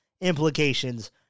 implications